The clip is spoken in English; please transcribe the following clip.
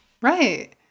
Right